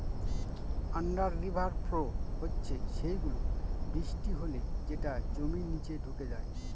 under river flow হচ্ছে সেই গুলো, বৃষ্টি হলে যেটা জমির নিচে ঢুকে যায়